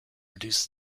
reduce